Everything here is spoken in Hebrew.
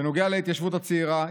בנוגע להתיישבות הצעירה,